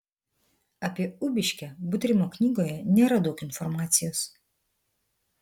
apie ubiškę butrimo knygoje nėra daug informacijos